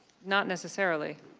not necessarily.